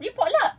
ya